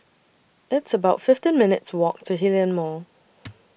It's about fifteen minutes' Walk to Hillion Mall